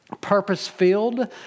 purpose-filled